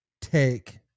take